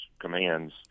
commands